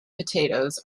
potatoes